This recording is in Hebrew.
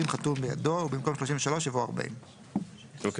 חתום בידו" ובמקום |33" יבוא "40"; אוקיי.